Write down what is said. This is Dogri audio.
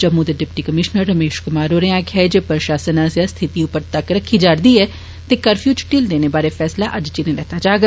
जम्मू दे डिप्टी कमीषनर रमेष कुमार होरें आक्खेआ ऐ जे प्रषासन आस्सेआ स्थिति उप्पर तक्क रक्खी जा'रदी ऐ जे कर्फ्यू च ढिल्ल देने बारे फैसला अज्ज चिरे लैता जाग